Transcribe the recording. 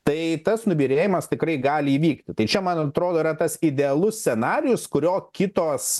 tai tas nubyrėjimas tikrai gali įvykti tai čia man atrodo yra tas idealus scenarijus kurio kitos